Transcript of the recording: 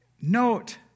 Note